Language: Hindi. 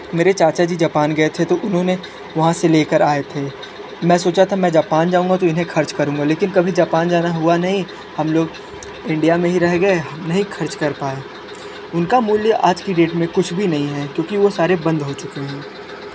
मेरे चाचा जी जापान गए थे तो उन्होंने वहां से लेकर आये थे मैं सोचा था मैं जापान जाऊंगा तो इन्हे खर्च करूँगा लेकिन कभी जापान जाना हुआ नहीं हम लोग इंडिया में ही रह गए नहीं खर्च कर पाया उनका मूल्य आज की डेट में कुछ भी नहीं है क्योंकि वह सारे बंद हो चुके हैं